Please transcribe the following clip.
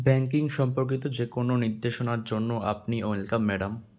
banking সম্পর্কিত যে কোনো নির্দেশনার জন্য আপনি ওয়েলকাম ম্যাডাম